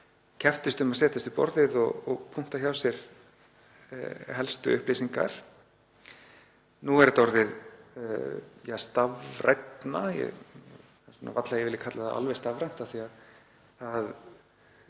kepptust um að setjast við borðið og punkta hjá sér helstu upplýsingar. Nú er þetta orðið stafrænna, það er varla að ég vilji kalla það alveg stafrænt af því að